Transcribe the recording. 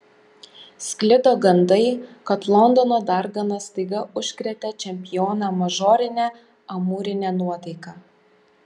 sklido gandai kad londono dargana staiga užkrėtė čempioną mažorine amūrine nuotaika